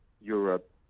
Europe